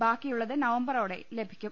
ബാക്കിയുള്ളത് നവംബ റോടെ ലഭിക്കും